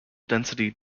density